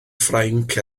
ffrainc